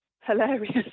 hilarious